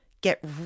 Get